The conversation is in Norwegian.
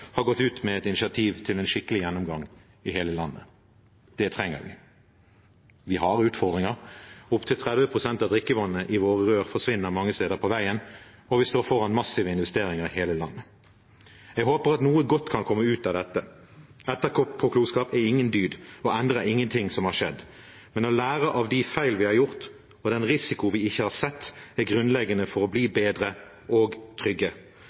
har gått ut med en initiativ til en skikkelig gjennomgang i hele landet. Det trenger vi. Vi har utfordringer. Opptil 30 pst. av drikkevannet i våre rør forsvinner mange steder på veien, og vi står foran massive investeringer i hele landet. Jeg håper at noe godt kan komme ut av dette. Etterpåklokskap er ingen dyd og endrer ingenting av det som har skjedd, men å lære av de feil vi har gjort, og den risiko vi ikke har sett, er grunnleggende for å bli bedre og trygge.